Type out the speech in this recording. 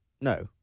No